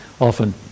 often